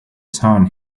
sun